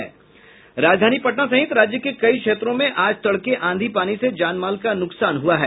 राजधानी पटना सहित राज्य के कई क्षेत्रों में आज तड़के आंधी पानी से जानमाल का नुकसान हुआ है